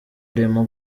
arimo